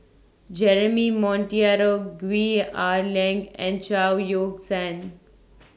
Jeremy Monteiro Gwee Ah Leng and Chao Yoke San